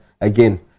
again